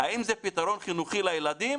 האם זה פתרון חינוכי לילדים?